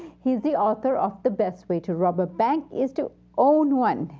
he's the author of the best way to rob a bank is to own one.